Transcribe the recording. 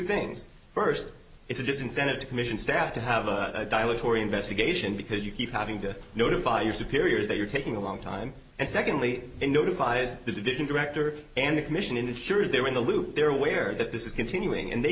things first it's a disincentive to commission staff to have a dialogue torrie investigation because you keep having to notify your superiors that you're taking a long time and secondly it notifies the division director and the commission insurers they're in the loop they're aware that this is continuing and they